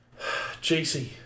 JC